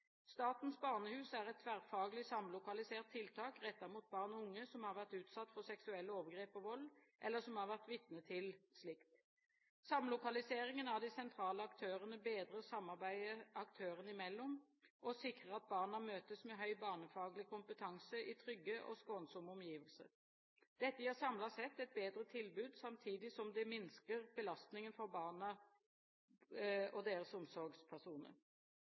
Statens barnehus er et tverrfaglig, samlokalisert tiltak rettet mot barn og unge som har vært utsatt for seksuelle overgrep og vold, eller som har vært vitne til slikt. Samlokaliseringen av de sentrale aktørene bedrer samarbeidet aktørene imellom og sikrer at barna møtes med høy barnefaglig kompetanse i trygge og skånsomme omgivelser. Dette gir samlet sett et bedre tilbud, samtidig som det minsker belastningen for barna og deres omsorgspersoner.